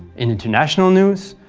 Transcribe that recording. in international news,